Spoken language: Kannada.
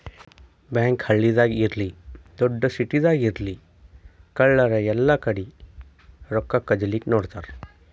ಬ್ಯಾಂಕ್ ಹಳ್ಳಿದಾಗ್ ಇರ್ಲಿ ದೊಡ್ಡ್ ಸಿಟಿದಾಗ್ ಇರ್ಲಿ ಕಳ್ಳರ್ ಎಲ್ಲಾಕಡಿ ರೊಕ್ಕಾ ಕದಿಲಿಕ್ಕ್ ನೋಡ್ತಾರ್